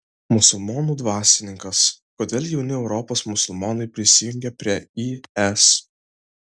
musulmonų dvasininkas kodėl jauni europos musulmonai prisijungia prie is